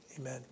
amen